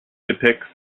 depicts